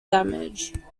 damage